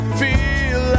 feel